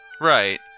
Right